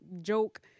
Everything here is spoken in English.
joke